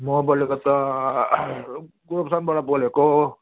म बोलेको त गोरुबथानबाट बोलेको